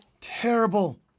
Terrible